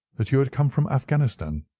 that you had come from afghanistan.